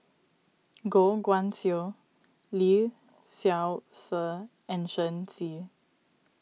Goh Guan Siew Lee Seow Ser and Shen Xi